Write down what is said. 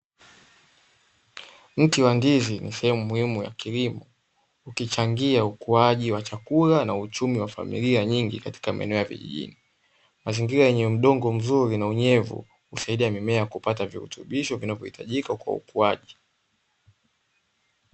Mti wa ndizi ni sehemu muhimu ya kilimo, ukichangia ukuaji wa chakula na uchumi wa familia nyingi katika maeneo ya vijijini, mazingira yenye udongo mzuri na unyevu, husaidia mimea kupata virutubisho vinavyohitajika wakati wa ukuaji.